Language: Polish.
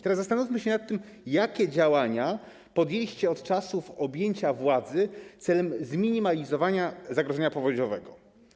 Teraz zastanówmy się nad tym, jakie działania podjęliście od czasu objęcia władzy celem zminimalizowania zagrożenia powodziowego.